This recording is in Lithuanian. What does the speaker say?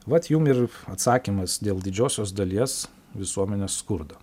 vat jum ir atsakymas dėl didžiosios dalies visuomenės skurdo